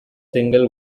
single